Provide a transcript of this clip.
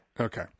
okay